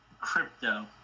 Crypto